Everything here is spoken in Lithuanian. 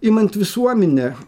imant visuominę